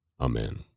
Amen